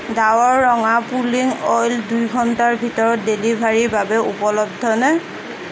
ডাৱৰ ৰঙা pulling oil দুই ঘণ্টাৰ ভিতৰত ডেলিভাৰীৰ বাবে উপলব্ধ নে